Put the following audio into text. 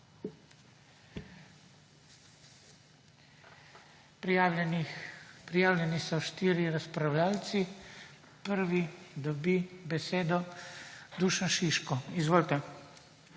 Prijavljeni so štirje razpravljavci. Prvi dobi besedo Dušan Šiško. Izvolite.